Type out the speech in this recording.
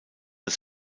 als